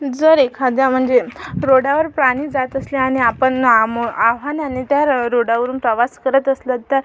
जर एखाद्या म्हणजे रोडवर प्राणी जात असले आणि आपण आ मो आव्हानांनी त्या र रोडवरून प्रवास करत असलं तर